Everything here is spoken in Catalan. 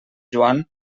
joan